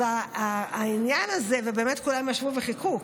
אני מגיעה, ובאמת כולם ישבו וחיכו.